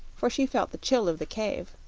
for she felt the chill of the cave.